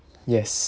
yes